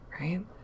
Right